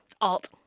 alt